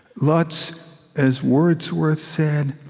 let's as wordsworth said,